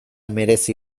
merezi